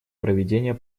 проведения